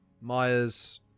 Myers